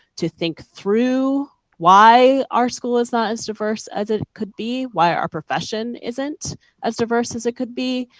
to think through why our school is not as diverse as it could be, why our profession isn't as diverse as it could be.